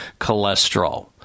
cholesterol